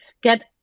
get